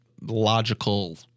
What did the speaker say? logical